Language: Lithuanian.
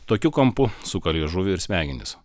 tokiu kampu suka liežuvį ir smegenis